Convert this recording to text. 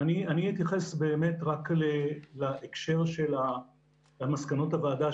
אני מניחה שיש להם את הטענות שלהם,